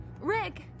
Rick